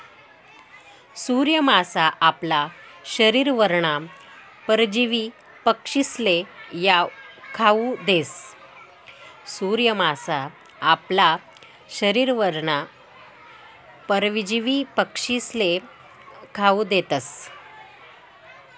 सूर्य मासा आपला शरीरवरना परजीवी पक्षीस्ले खावू देतस